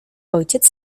ojciec